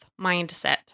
mindset